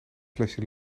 flesje